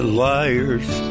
liar's